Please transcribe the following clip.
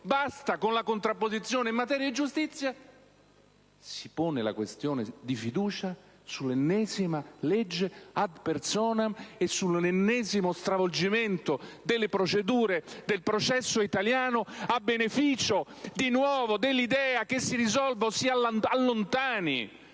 basta alle contrapposizioni in materia di giustizia, si pone la questione di fiducia sull'ennesima legge *ad personam* e sull'ennesimo stravolgimento delle procedure del processo italiano a beneficio, di nuovo, dell'idea di risolvere o allontanare